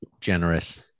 Generous